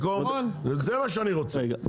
זה מה שאני רוצה,